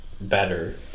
better